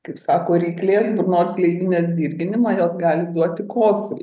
kaip sako ryklės burnos gleivinės dirginimą jos gali duoti kosulį